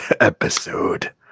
episode